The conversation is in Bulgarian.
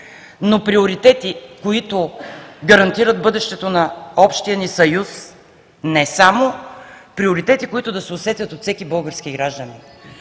Но приоритети, които гарантират бъдещето на общия ни Съюз не само, а приоритети, които да се усетят от всеки български гражданин.